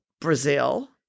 Brazil